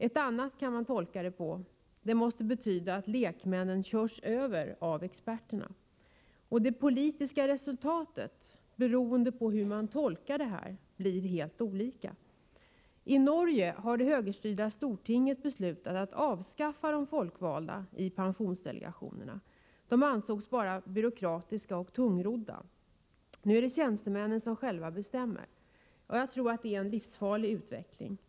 Ett annat sätt att tolka det hela på är att säga: Det måste betyda att lekmännen körs över av experter. Det politiska resultatet, beroende på hur man tolkar det, blir helt olika. I Norge har det högerstyrda Stortinget beslutat att avskaffa de folkvalda i pensionsdelegationerna. De ansågs byråkratiska, och det skulle vara tungrott att ha dem kvar. Nu är det tjänstemännen själva som bestämmer. Jag tror att det är en livsfarlig utveckling.